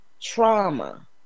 trauma